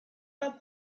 pas